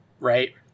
Right